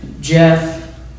Jeff